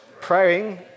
praying